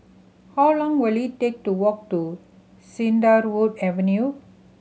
how long will it take to walk to Cedarwood Avenue